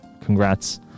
congrats